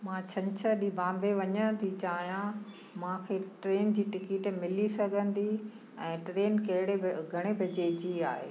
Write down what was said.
मां छंछरु ॾींहुं बांबे वञणु थी चाहियां मूंखे ट्रेन जी टिकेट मिली सघंदी ऐं ट्रेन कहिड़े घणे बजे जी आहे